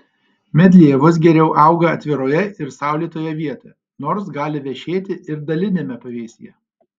medlievos geriau auga atviroje ir saulėtoje vietoje nors gali vešėti ir daliniame pavėsyje